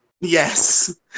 Yes